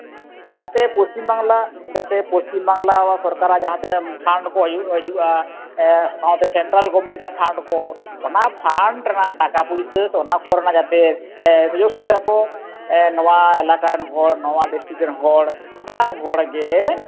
ᱡᱟᱛᱮ ᱯᱚᱥᱪᱤᱢ ᱵᱟᱝᱞᱟ ᱡᱟᱛᱮ ᱯᱚᱥᱪᱤᱢ ᱵᱟᱝᱞᱟ ᱥᱚᱨᱠᱟᱨᱟᱜ ᱡᱟᱦᱟᱸᱛᱤᱱᱟᱹᱜ ᱯᱷᱟᱱᱰ ᱠᱚ ᱦᱤᱭᱩᱜ ᱦᱤᱡᱩᱜᱼᱟ ᱥᱟᱶᱛᱮ ᱥᱮᱱᱴᱨᱟᱞ ᱜᱚᱵᱷᱢᱮᱱᱴᱟᱜ ᱯᱷᱟᱱᱰ ᱠᱚ ᱚᱱᱟ ᱯᱷᱟᱱᱰ ᱨᱮᱱᱟᱜ ᱴᱟᱠᱟ ᱯᱩᱭᱥᱟᱹ ᱥᱮ ᱚᱱᱟ ᱠᱚᱨᱮᱱᱟᱜ ᱡᱟᱛᱮ ᱥᱩᱡᱳᱜᱽ ᱥᱩᱵᱤᱫᱷᱟ ᱠᱚ ᱱᱚᱣᱟ ᱮᱞᱟᱠᱟ ᱨᱮᱱ ᱦᱚᱲ ᱱᱚᱣᱟ ᱰᱤᱥᱴᱤᱠ ᱨᱮᱱ ᱦᱚᱲ ᱥᱟᱱᱟᱢ ᱦᱚᱲ ᱜᱮ